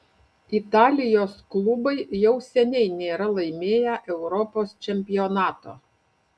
italijos klubai jau seniai nėra laimėję europos čempionato